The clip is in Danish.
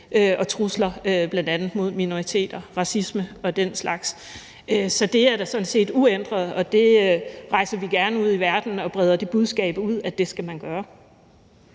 og trusler, bl.a. mod minoriteter og i forhold til racisme og den slags. Så det er da sådan set uændret, og vi rejser gerne ud i verden og breder det budskab ud, at det skal man gøre.